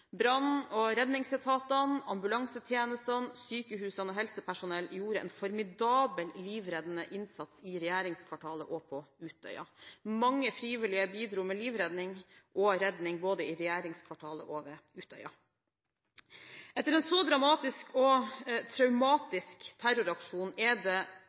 Brann- og redningsetatene, ambulansetjenestene, sykehusene og helsepersonell gjorde en formidabel, livreddende innsats i regjeringskvartalet og på Utøya. Mange frivillige bidro med livredning og redning i regjeringskvartalet og ved Utøya. Etter en så dramatisk og traumatisk terroraksjon er det